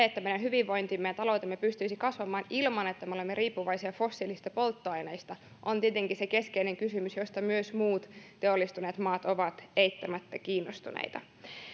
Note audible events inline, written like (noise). (unintelligible) että meidän hyvinvointimme ja taloutemme pystyisi kasvamaan ilman että me olemme riippuvaisia fossiilisista polttoaineista se on tietenkin se keskeinen kysymys josta myös muut teollistuneet maat ovat eittämättä kiinnostuneita